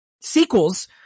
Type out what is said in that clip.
sequels